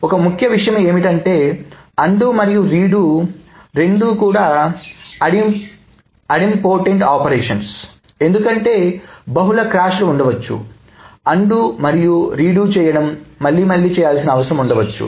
ఒక ముఖ్యమైన విషయం ఏమిటంటే అన్డు మరియు రీడు రెండూ ఐడింపొటెంట్ ఆపరేషన్స్ ఎందుకంటే బహుళ క్రాష్లు ఉండవచ్చు అన్డు మరియు రీడు చేయడం మళ్లీ మళ్లీ చేయాల్సిన అవసరం ఉండవచ్చు